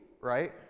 right